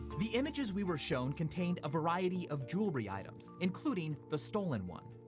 the images we were shown contained a variety of jewelry items, including the stolen one.